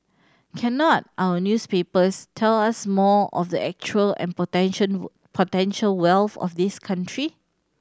cannot our newspapers tell us more of the actual and potential potential wealth of this country